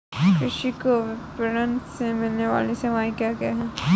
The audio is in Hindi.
कृषि को विपणन से मिलने वाली सेवाएँ क्या क्या है